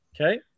Okay